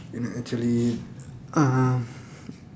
you know actually uh